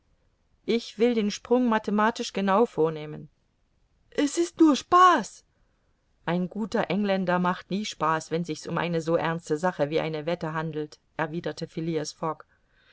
ich will den sprung mathematisch genau vornehmen es ist nur spaß ein guter engländer macht nie spaß wenn sich's um eine so ernste sache wie eine wette handelt erwiderte